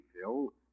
Phil